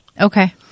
Okay